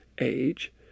age